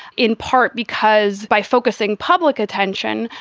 in part because by focusing public attention,